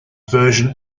version